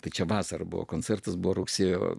tai čia vasarą buvo koncertas buvo rugsėjo